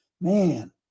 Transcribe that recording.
man